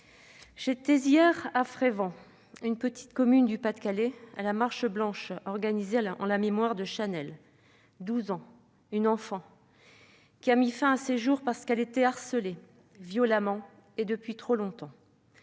J'étais hier à Frévent, petite commune du Pas-de-Calais, pour participer à la marche blanche organisée en la mémoire de Chanel, une enfant de 12 ans qui a mis fin à ses jours parce qu'elle était harcelée, violemment et depuis trop longtemps.